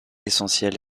essentiel